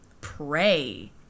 pray